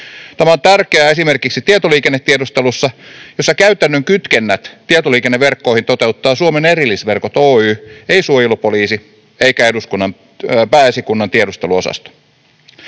Tämä on tärkeää esimerkiksi tietoliikennetiedustelussa, jossa käytännön kytkennät tietoliikenneverkkoihin toteuttaa Suomen Erillisverkot Oy, ei suojelupoliisi eikä Pääesikunnan tiedusteluosasto.